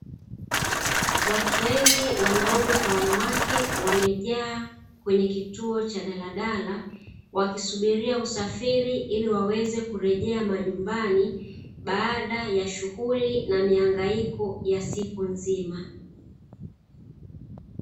Watu wengi wanaume kwa wanawake wamejaa kwenye kituo cha daladala, wakisubiria usafiri ili waweze kurejea majumbani baada ya shughuli na mihangaiko ya siku nzima.